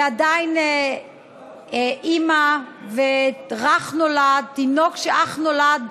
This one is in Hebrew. ועדיין אימא ורך נולד, תינוק שאך נולד,